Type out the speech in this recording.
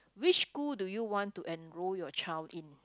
which school do you want to enroll your child in